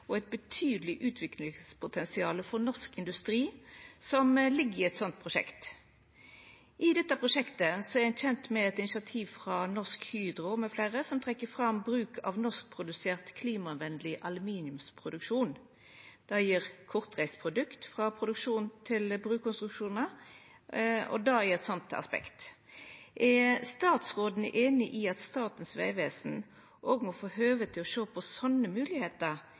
eit betydeleg utviklingpotensial for norsk industri som ligg i eit slikt prosjekt. I dette prosjektet er ein kjend med eit initiativ frå Norsk Hydro mfl. som trekkjer fram bruk av norskprodusert klimavennleg aluminiumsproduksjon. Det gjev kortreist produkt frå produksjon til brukar, og det er eit slikt aspekt. Er statsråden einig i at Statens vegvesen òg må få høve til å sjå på